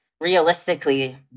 realistically